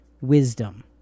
wisdom